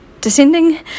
descending